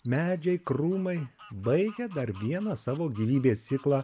medžiai krūmai baigia dar vieną savo gyvybės ciklą